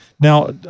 Now